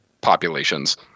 populations